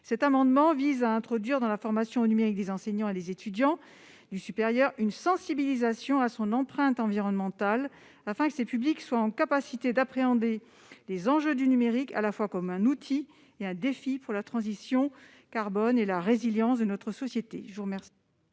Cet amendement vise à introduire dans la formation numérique des enseignants et des étudiants du supérieur une sensibilisation à son empreinte environnementale, afin que ces publics soient en capacité d'appréhender les enjeux du numérique à la fois comme un outil et comme un défi pour la transition carbone et la résilience de notre société.